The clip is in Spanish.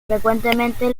frecuentemente